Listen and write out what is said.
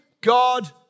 God